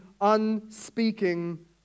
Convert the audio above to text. unspeaking